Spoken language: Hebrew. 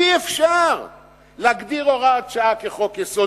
אי-אפשר להגדיר הוראת שעה כחוק-יסוד.